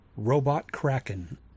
ROBOTKRAKEN